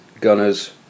Gunners